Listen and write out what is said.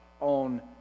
on